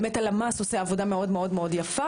באמת הלמ"ס עושה עבודה מאוד מאוד יפה.